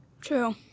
True